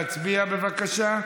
נא להצביע, בבקשה.